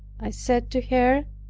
i said to her,